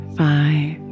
five